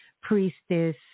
priestess